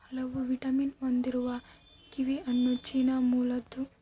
ಹಲವು ವಿಟಮಿನ್ ಹೊಂದಿರುವ ಕಿವಿಹಣ್ಣು ಚೀನಾ ಮೂಲದ್ದು